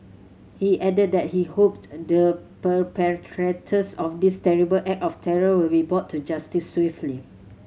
he added that he hoped the perpetrators of this terrible act of terror will be brought to justice swiftly